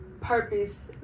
purpose